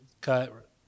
cut